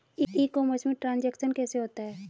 ई commerce में transaction कैसे होता है?